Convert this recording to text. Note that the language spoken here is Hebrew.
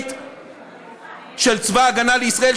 חד-משמעית של צבא ההגנה לישראל,